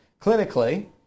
clinically